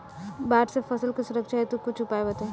बाढ़ से फसल के सुरक्षा हेतु कुछ उपाय बताई?